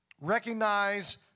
recognize